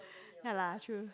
ya lah true